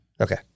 Okay